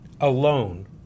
alone